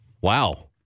Wow